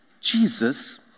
jesus